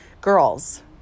Girls